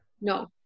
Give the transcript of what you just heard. No